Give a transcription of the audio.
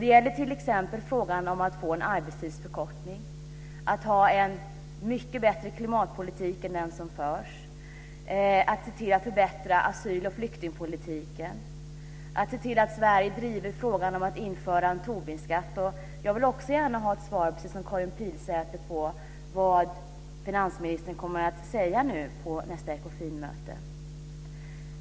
Det gäller t.ex. frågan om att få en arbetstidsförkortning, att ha en mycket bättre klimatpolitik än den som förs, att se till att förbättra asyloch flyktingpolitiken, att se till att Sverige driver frågan om att införa en Tobinskatt. Jag vill också gärna ha ett svar, precis som Karin Pilsäter, på vad finansministern kommer att säga på nästa Ekofinmöte.